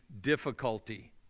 difficulty